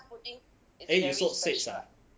eh you sold six ah